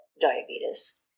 diabetes